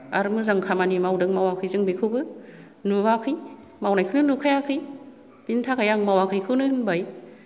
आरो मोजां खामानि मावदों मावाखै जों बेखौबो नुवाखै मावनायखौनो नुखायाखै बिनि थाखाय आं मावाखै खौनो होनबाय